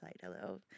Hello